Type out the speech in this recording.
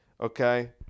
okay